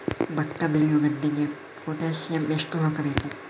ಭತ್ತ ಬೆಳೆಯುವ ಗದ್ದೆಗೆ ಪೊಟ್ಯಾಸಿಯಂ ಎಷ್ಟು ಹಾಕಬೇಕು?